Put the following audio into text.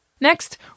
Next